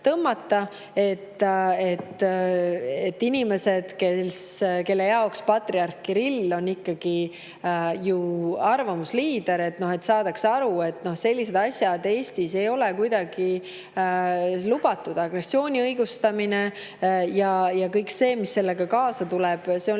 et inimesed, kelle jaoks patriarh Kirill on ikkagi arvamusliider, saaksid aru, et sellised asjad ei ole Eestis kuidagi lubatud. Agressiooni õigustamine ja kõik see, mis sellega kaasa tuleb, on